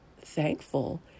thankful